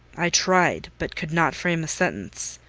i tried but could not frame a sentence.